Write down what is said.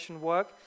work